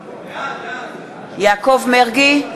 בעד אראל מרגלית,